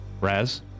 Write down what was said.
Raz